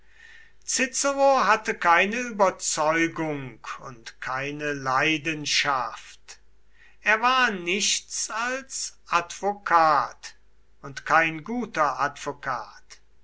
hatte keine überzeugung und keine leidenschaft er war nichts als advokat und kein guter advokat